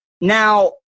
Now